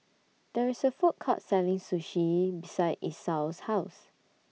There IS A Food Court Selling Sushi beside Esau's House